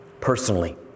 personally